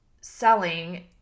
selling